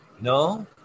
No